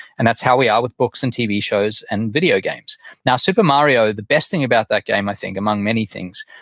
and that's how we are with books and tv shows and video games now, super mario, the best thing about that game i think among many things,